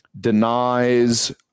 denies